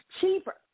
cheaper